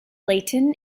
layton